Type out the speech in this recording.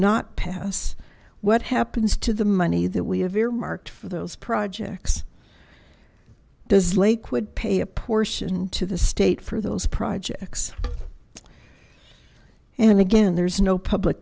not pass what happens to the money that we have very marked for those projects does lakewood pay a portion to the state for those projects and again there's no public